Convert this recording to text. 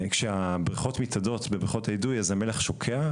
כשהבריכות מתאדות בבריכות האידוי אז המלח שוקע,